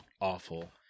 awful